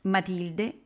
Matilde